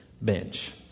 bench